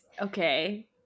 Okay